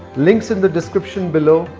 links in the description below.